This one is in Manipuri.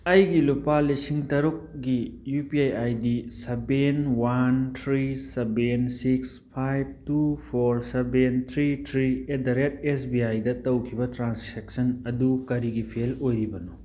ꯑꯩꯒꯤ ꯂꯨꯄꯥ ꯂꯤꯁꯤꯡ ꯇꯔꯨꯛꯒꯤ U P I I D seven one three seven six five two four seven three three at the rate S B ꯑꯥꯏꯗ ꯇꯧꯈꯤꯕ ꯇ꯭ꯔꯥꯟꯁꯦꯛꯁꯟ ꯑꯗꯨ ꯀꯔꯤꯒꯤ ꯐꯦꯜ ꯑꯣꯏꯔꯤꯕꯅꯣ